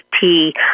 tea